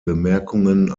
bemerkungen